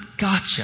gotcha